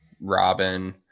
Robin